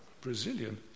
Brazilian